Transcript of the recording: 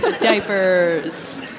Diapers